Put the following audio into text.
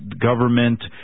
government